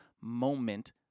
moment